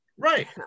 Right